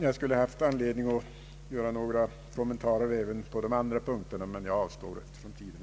Jag skulle ha haft anledning att göra några kommentarer även på andra punkter, men jag avstår därifrån av tidsskäl.